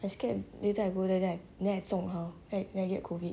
I scared later I go there then then I 中 how like then I get COVID